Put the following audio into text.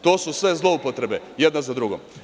To su sve zloupotrebe jedna za drugom.